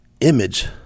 image